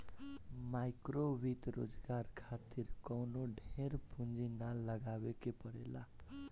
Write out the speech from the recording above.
माइक्रोवित्त रोजगार खातिर कवनो ढेर पूंजी ना लगावे के पड़ेला